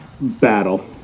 battle